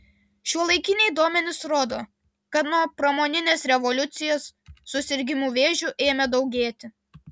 šiuolaikiniai duomenys rodo kad nuo pramoninės revoliucijos susirgimų vėžiu ėmė daugėti